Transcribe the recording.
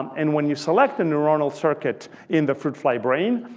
and when you select the neuronal circuit in the fruit fly brain,